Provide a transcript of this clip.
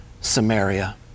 Samaria